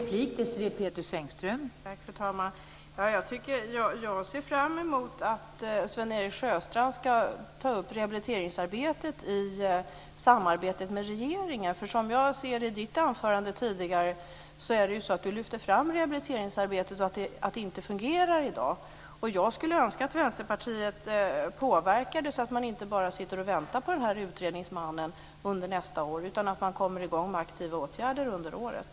Fru talman! Jag ser fram mot att Sven-Erik Sjöstrand ska ta upp rehabiliteringsarbetet i samarbetet med regeringen. Sven-Erik Sjöstrand lyfte i sitt anförande fram att rehabiliteringsarbetet inte fungerar i dag. Jag skulle önska att Vänsterpartiet påverkade så att man inte bara sitter och väntar på utredningsmannen under nästa år, utan kommer i gång med aktiva åtgärder under året.